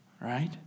right